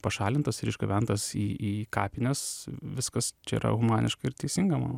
pašalintas ir išgabentas į į kapines viskas čia yra humaniška ir teisinga manau